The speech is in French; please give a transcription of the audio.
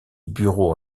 bureaux